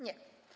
Nie.